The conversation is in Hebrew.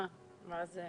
הכסף